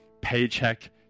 paycheck